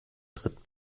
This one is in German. tritt